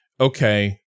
okay